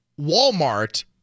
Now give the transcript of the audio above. Walmart